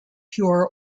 pure